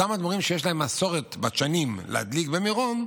אותם אדמו"רים שיש להם מסורת בת שנים להדליק במירון,